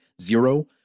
zero